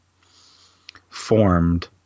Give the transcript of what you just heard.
formed